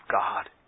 God